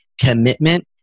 commitment